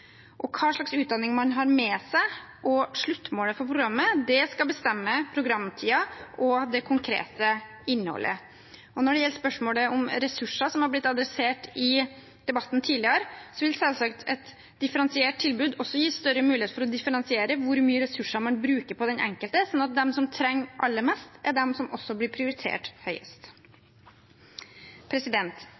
Hva slags utdanning man har med seg, og sluttmålet for programmet, skal bestemme programtiden og det konkrete innholdet. Når det gjelder spørsmålet om ressurser, som er tatt opp i debatten tidligere, vil selvsagt et differensiert tilbud også gi større mulighet for å differensiere hvor mye ressurser man bruker på den enkelte, sånn at de som trenger aller mest, også er de som blir prioritert høyest.